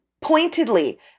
pointedly